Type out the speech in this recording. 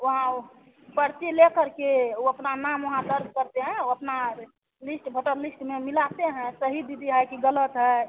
वहाँ वह पर्ची लेकर के ऊ अपना नाम वहाँ दर्ज करते हैं वह अपना रे लिस्ट वोटर लिस्ट में मिलाते हैं सही दीदी है कि ग़लत हैं